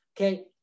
okay